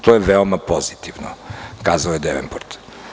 To je veoma pozitivno, kazao je Devenport.